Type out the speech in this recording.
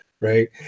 right